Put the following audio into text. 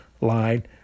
line